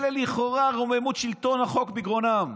אלה, לכאורה רוממות שלטון החוק בגרונם.